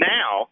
now